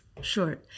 Sure